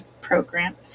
program